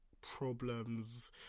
problems